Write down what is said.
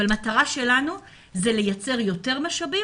אבל המטרה שלנו היא לייצר יותר משאבים